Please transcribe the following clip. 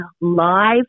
Live